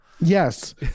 yes